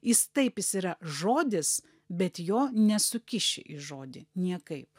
jis taip jis yra žodis bet jo nesukiši į žodį niekaip